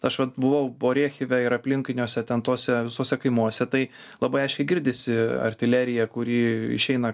aš vat buvau borechive ir aplinkiniuose ten tuose visuose kaimuose tai labai aiškiai girdisi artilerija kuri išeina